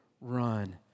run